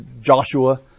Joshua